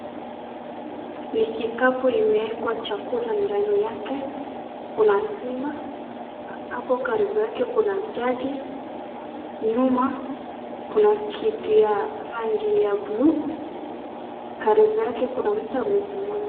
Ni kikapu imewekwa chakula ndani yake, kuna sima, hapo karibu yake kuna jagi, nyuma kuna kitu ya rangi ya blue , karibu yake kuna mtu amesimama.